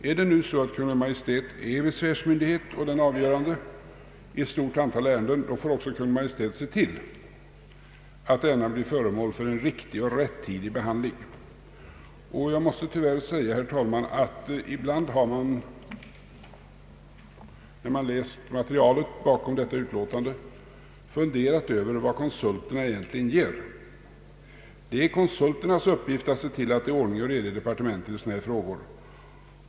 Är det nu så att Kungl. Maj:t är besvärsmyndighet och den avgörande i ett stort antal ärenden, får Kungl. Maj:t också se till att ärendena blir föremål för en riktig och rättidig behandling. Jag måste tyvärr säga, herr talman, att jag ibland, när jag läst materialet bakom detta utlåtande, funderat över vad konsulterna egentligen gör. Det är konsulternas uppgift att se till att det är ordning och reda i departementen i sådana här frågor.